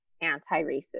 anti-racist